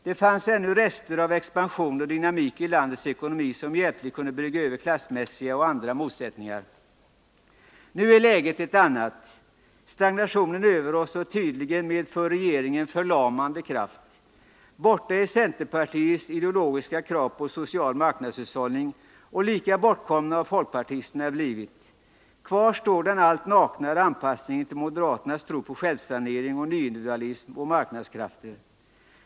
Det fanns ännu rester av expansion och dynamik i landets ekonomi som hjälpligt kunde brygga över klassmässiga och andra motsättningar. Nu är läget ett annat. Stagnationen är över oss, och tydligen med för regeringen förlamande kraft. Borta är centerpartiets ideologiska krav på ”social marknadshushållning” , och lika bortkomna har folkpartisterna blivit. Kvar står den allt naknare anpassningen till moderaternas tro på självsanering, ”nyindividualism” och marknadskrafter.